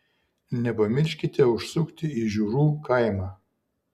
nepamirškite užsukti į žiurų kaimą